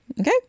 Okay